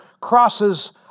crosses